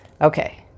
Okay